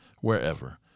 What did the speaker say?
wherever